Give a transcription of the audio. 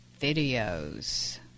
videos